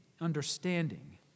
understanding